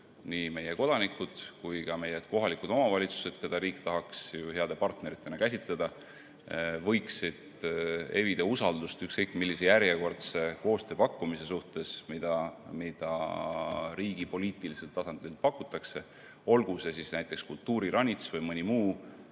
nii meie kodanikud kui ka kohalikud omavalitsused, keda riik tahaks heade partneritena käsitada, võiksid evida usaldust ükskõik millise järjekordse koostööpakkumise suhtes, mida riigi poliitilisel tasandil pakutakse, olgu see näiteks kultuuriranits või mõni muu